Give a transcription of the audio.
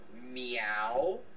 meow